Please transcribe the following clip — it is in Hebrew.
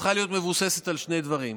צריכה להיות מבוססת על שני דברים.